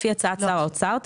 לפי הצעת שר האוצר,